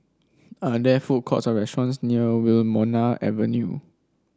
are there food courts or restaurants near Wilmonar Avenue